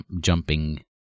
jumping